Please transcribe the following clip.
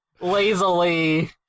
lazily